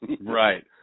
Right